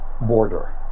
border